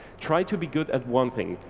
try to be good at one thing.